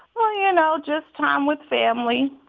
well, you know, just time with family,